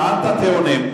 טענת טיעונים,